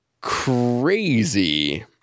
crazy